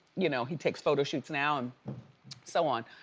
you know, he takes photo shoots now, and so on.